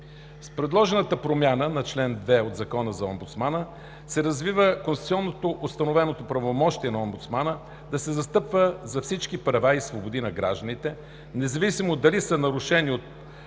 С предложената промяна на чл. 2 от Закона за омбудсмана се развива конституционно установеното правомощие на омбудсмана да се застъпва за всички права и свободи на гражданите, независимо дали са нарушени от публичноправни